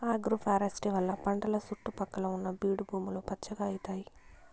agroforestry వల్ల పంటల సుట్టు పక్కల ఉన్న బీడు భూములు పచ్చగా అయితాయి